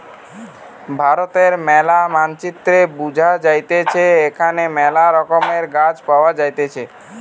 ভারতের ম্যালা মানচিত্রে বুঝা যাইতেছে এখানে মেলা রকমের গাছ পাওয়া যাইতেছে